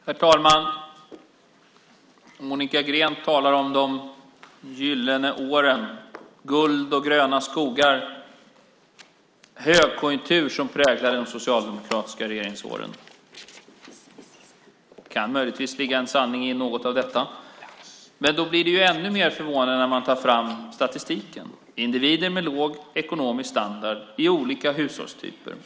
Herr talman! Monica Green talar om de gyllene åren, guld och gröna skogar och den högkonjunktur som präglade de socialdemokratiska regeringsåren. Det kan möjligtvis ligga en sanning i något av detta. Men då blir det ännu mer förvånande när man tar fram statistiken. Det gäller individer med låg ekonomisk standard i olika hushållstyper.